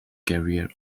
career